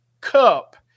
Cup